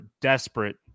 desperate